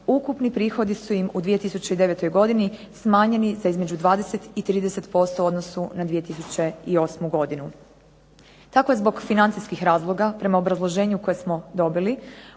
ukupni prihodi su im u 2009. godini smanjeni za između 20 do 30% u odnosu na 2008. godinu. Tako je zbog financijskih razloga prema obrazloženju koje smo dobili